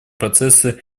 процесса